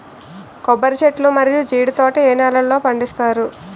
కొబ్బరి చెట్లు మరియు జీడీ తోట ఏ నేలల్లో పండిస్తారు?